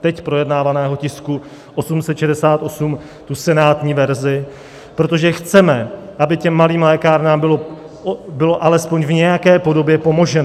teď projednávaného tisku 868, tu senátní verzi, protože chceme, aby těm malým lékárnám bylo alespoň v nějaké podobě pomoženo.